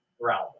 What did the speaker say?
realm